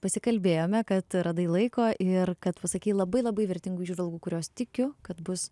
pasikalbėjome kad radai laiko ir kad pasakei labai labai vertingų įžvalgų kurios tikiu kad bus